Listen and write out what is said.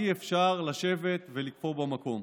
אי-אפשר לשבת ולקפוא במקום.